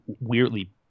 weirdly